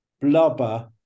blubber